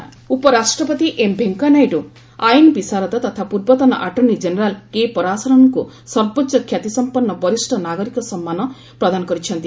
ନାଇଡ୍ ପରାଶରନ ଉପରାଷ୍ଟ୍ରପତି ଏମ୍ ଭେଙ୍କୟା ନାଇଡୁ ଆଇନ୍ ବିଶାରଦ ତଥା ପୂର୍ବତନ ଆଟର୍ଷ୍ଣି ଜେନେରାଲ କେ ପରାଶରନ୍ଙ୍କୁ ସର୍ବୋଚ୍ଚ ଖ୍ୟାତିସମ୍ପନ୍ନ ବରିଷ୍ଣ ନାଗରିକ ସମ୍ମାନ ପ୍ରଦାନ କରିଛନ୍ତି